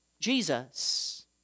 Jesus